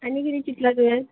आनी किदें चितलां तुयेंन